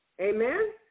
Amen